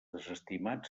desestimat